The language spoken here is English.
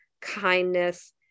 kindness